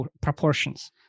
proportions